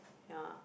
ya